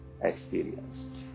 experienced